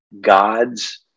God's